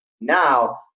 now